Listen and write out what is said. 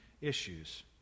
issues